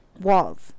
walls